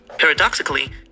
Paradoxically